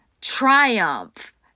Triumph